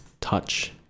touch